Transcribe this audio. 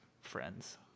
friends